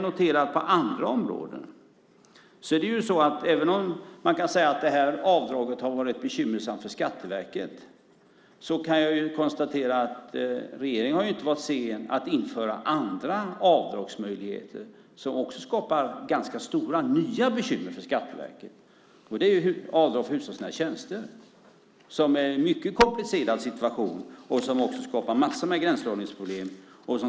Även om man kan säga att det här avdraget har varit bekymmersamt för Skatteverket kan jag ju konstatera att regeringen inte har varit sen att införa andra avdragsmöjligheter som också skapar ganska stora nya bekymmer för Skatteverket. Det är avdrag för hushållsnära tjänster som ger en mycket komplicerad situation och som också skapar massor av gränsdragningsproblem.